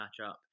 matchup